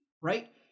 right